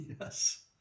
Yes